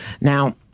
Now